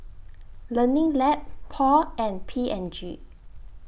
Learning Lab Paul and P and G